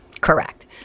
Correct